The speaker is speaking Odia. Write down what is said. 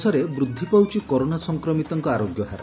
ଦେଶରେ ବୃଦ୍ଧି ପାଉଛି କରୋନା ସଂକ୍ରମିତଙ୍କ ଆରୋଗ୍ୟ ହାର